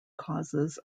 causes